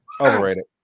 Overrated